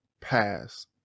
pass